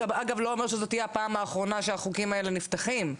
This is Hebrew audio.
אגב זה לא אומר שזאת תהיה הפעם האחרונה שהחוקים האלה נפתחים.